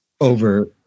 over